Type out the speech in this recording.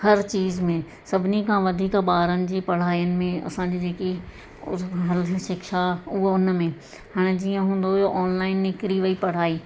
हर चीज़ में सभिनी खां वधीक ॿारनि जी पढ़ाइयुनि में असांजी जेकी शिक्षा उहा उन में हाणे जीअं हूंदो हुओ ऑनलाइन निकिरी वई पढ़ाई